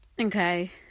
Okay